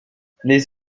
les